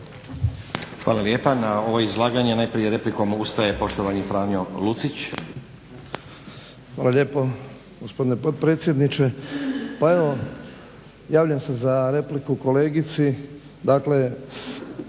Hvala lijepa. Na ovo izlaganje najprije replikom ustaje poštovani Franjo Lucić. **Lucić, Franjo (HDZ)** Hvala lijepo gospodine potpredsjedniče. Pa evo, javljam se za repliku kolegici.